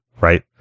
right